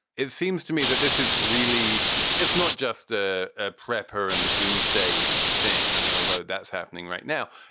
it seems to me that this is really it's not just a ah prep her and doomsday thing. i mean, although that's happening right now,